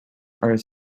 are